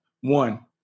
one